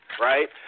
right